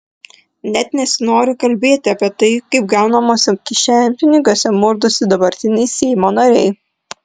net nesinori kalbėti apie tai kaip gaunamuose kišenpinigiuose murdosi dabartiniai seimo nariai